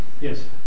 Yes